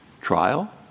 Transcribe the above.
trial